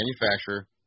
manufacturer